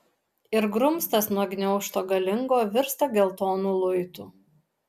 ir grumstas nuo gniaužto galingo virsta geltonu luitu